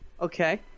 Okay